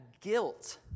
guilt